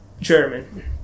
German